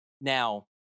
Now